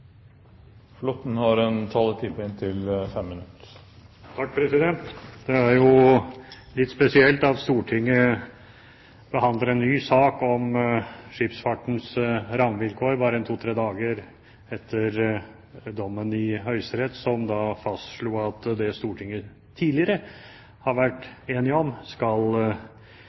man har forbrutt seg mot Grunnloven? Det er litt spesielt at Stortinget behandler en ny sak om skipsfartens rammevilkår bare to–tre dager etter dommen i Høyesterett, som fastslo at det Stortinget tidligere har vært enig om, skal